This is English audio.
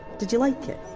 did you like it?